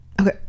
Okay